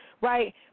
right